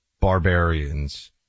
barbarians